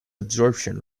absorption